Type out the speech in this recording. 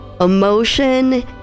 emotion